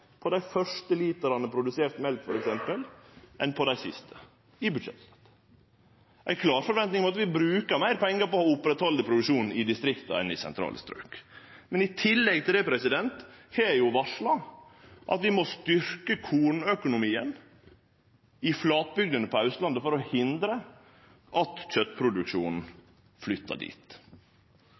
på dei første litrane produsert mjølk enn på dei siste, og ei klar forventing om at vi brukar meir pengar på å oppretthalde produksjonen i distrikta enn i sentrale strøk. Men i tillegg til det har eg varsla at vi må styrkje kornøkonomien i flatbygdene på Austlandet for å hindre at kjøtproduksjonen flytter dit.